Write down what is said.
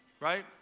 Right